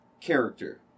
character